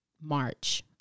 March